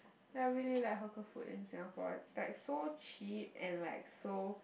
I really like hawker food in Singapore it's like so cheap and like so